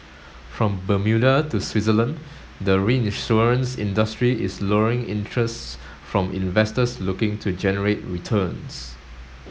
from Bermuda to Switzerland the reinsurance industry is luring interests from investors looking to generate returns